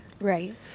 right